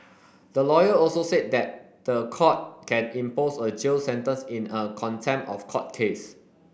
the lawyer also said that the court can impose a jail sentence in a contempt of court case